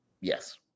Yes